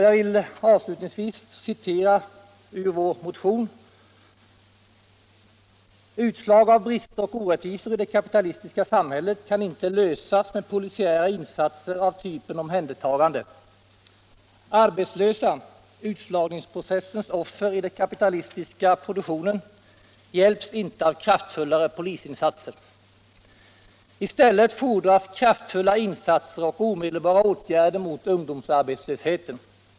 Jag vill avslutningsvis citera ur vår motion: ”Utslag av brister och orättvisor i det kapitalistiska samhället kan inte lösas med ökade polisiära insatser av typen omhändertagande. Arbetslösa. utslagningsprocessens offer i den kapitalistiska produktionen, hjälps inte av kraftfullare polisinsatser. I stället fordras kraftfulla insatser och omedelbara åtgärder mot ungdomsarbetslösheten.